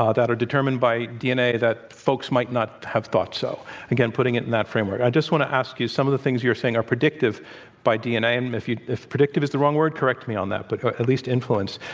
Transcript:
ah that are determined by dna that folks might not have thought so. again, putting it in that framework. i just want to ask you some of the things you're saying are predictive by dna. and if predictive is the wrong word, correct me on that but at least influence.